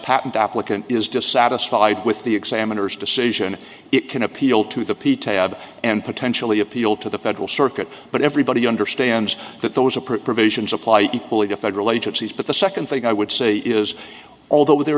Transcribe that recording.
patent applicant is dissatisfied with the examiners decision it can appeal to the p t a ob and potentially appeal to the federal circuit but everybody understands that those approved provisions apply equally to federal agencies but the second thing i would say is although there